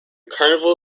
carnival